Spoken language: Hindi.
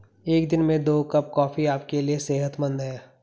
एक दिन में दो कप कॉफी आपके लिए सेहतमंद है